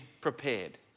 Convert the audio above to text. prepared